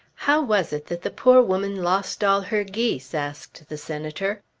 how was it that the poor woman lost all her geese? asked the senator.